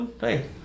Hey